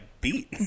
beat